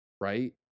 right